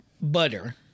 butter